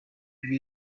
ibi